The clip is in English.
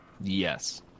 Yes